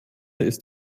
ist